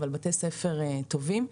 אבל בתי ספר טובים,